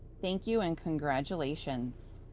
thank you and congratulations!